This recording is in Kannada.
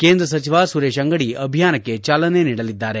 ಕೇಂದ್ರ ಸಚಿವ ಸುರೇತ ಅಂಗಡಿ ಅಭಿಯಾನಕ್ಕೆ ಚಾಲನೆ ನೀಡಲಿದ್ದಾರೆ